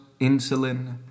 insulin